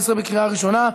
בקריאה ראשונה,